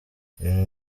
ibintu